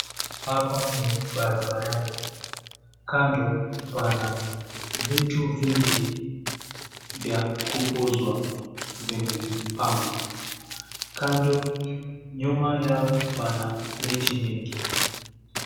Hapa ni barabarani. Kando pana vitu vingi vya kuuzwa vyenye vimepangwa. Kando nyuma yao, pana miti mingi.